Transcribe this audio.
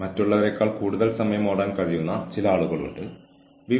ജീവനക്കാർ എങ്ങനെ വളരുമെന്ന് അറിയാൻ ഇഷ്ടപ്പെടുന്നു